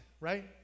right